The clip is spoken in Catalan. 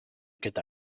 aquest